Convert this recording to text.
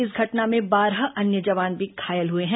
इस घटना में बारह अन्य जवान घायल भी हुए हैं